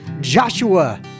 Joshua